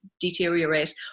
deteriorate